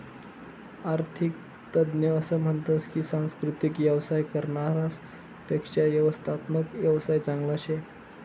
आरर्थिक तज्ञ असं म्हनतस की सांस्कृतिक येवसाय करनारास पेक्शा व्यवस्थात्मक येवसाय चांगला शे